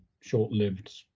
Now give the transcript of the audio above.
short-lived